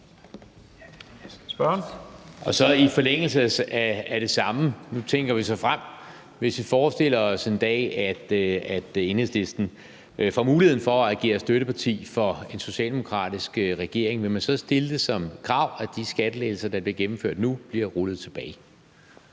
(V): I forlængelse af det samme – nu tænker vi så frem – vil jeg sige, at hvis vi forestiller os, at Enhedslisten en dag får mulighed for at agere støtteparti for en socialdemokratisk regering, vil man så stille det som krav, at de skattelettelser, der bliver gennemført nu, bliver rullet tilbage?